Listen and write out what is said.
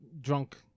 drunk